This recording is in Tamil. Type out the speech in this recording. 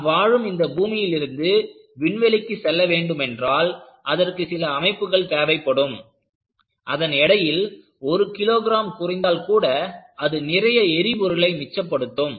நாம் வாழும் இந்த பூமியில் இருந்து விண்வெளிக்கு செல்ல வேண்டுமென்றால் அதற்கு சில அமைப்புகள் தேவைப்படும் அதன் எடையில் 1 கிலோ கிராம் குறைந்தால் கூட அது நிறைய எரிபொருளை மிச்சப்படுத்தும்